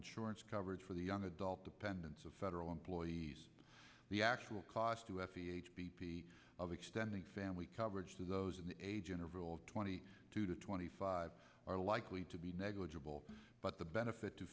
insurance coverage for the young adult dependents of federal employees the actual cost to effie h p p of extending family coverage to those in a general twenty two to twenty five are likely to be negligible but the benefit to